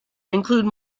include